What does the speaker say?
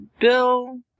Bill